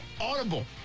Audible